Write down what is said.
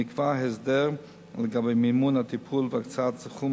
נקבע ההסדר לגבי מימון הטיפול והקצאת סכום